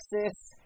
Texas